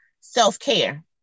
self-care